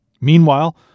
Meanwhile